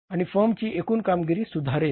आणि फर्मची एकूण कामगिरी सुधारेल